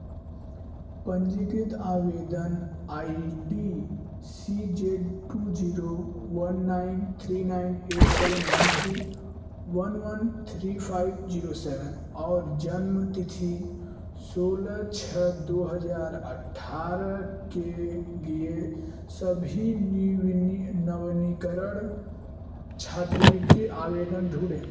पंजीकृत आवेदन I D C Z two zero one nine three nine eight seven one three one one three five zero seven और जन्म तिथि सोलह छः दो हज़ार अठारह के लिए सभी निवनी नवनिकरण छात्रवृत्ति आवेदन ढूंढें